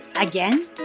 Again